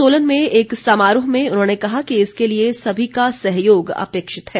सोलन में एक समारोह में उन्होंने कहा कि इसके लिए सभी का सहयोग अपेक्षित है